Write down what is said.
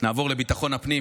נעבור לביטחון הפנים,